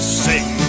sing